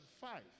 five